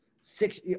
six